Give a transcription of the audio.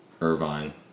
Irvine